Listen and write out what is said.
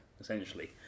essentially